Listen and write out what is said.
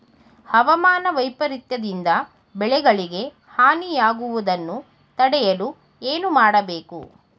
ಹವಾಮಾನ ವೈಪರಿತ್ಯ ದಿಂದ ಬೆಳೆಗಳಿಗೆ ಹಾನಿ ಯಾಗುವುದನ್ನು ತಡೆಯಲು ಏನು ಮಾಡಬೇಕು?